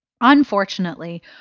Unfortunately